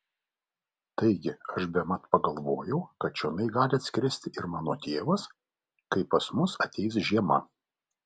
taigi aš bemat pagalvojau kad čionai gali atskristi ir mano tėvas kai pas mus ateis žiema